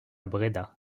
bréda